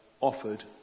offered